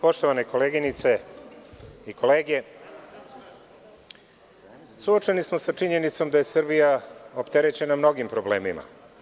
Poštovane koleginice i kolege, suočeni smo sa činjenicom da je Srbija opterećena mnogim problemima.